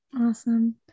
Awesome